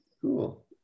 cool